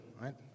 right